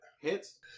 Hits